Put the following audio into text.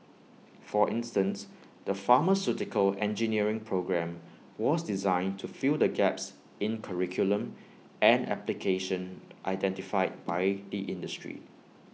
for instance the pharmaceutical engineering programme was designed to fill the gaps in curriculum and application identified by the industry